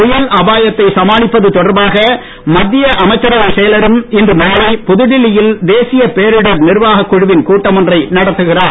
புயல் அபாயத்தை சமாளிப்பது தொடர்பாக மத்திய அமைச்சரவைச் செயலரும் இன்று மாலை புதுடில்லி யில் தேசிய பேரிடர் நிர்வாகக் குழுவின் கூட்டம் ஒன்றை நடத்துகிறார்